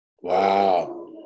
Wow